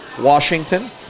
Washington